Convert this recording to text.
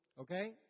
okay